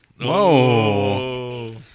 Whoa